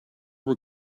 were